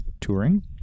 Touring